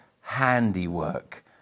handiwork